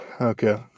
Okay